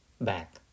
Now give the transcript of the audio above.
back